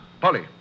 Polly